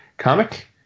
comic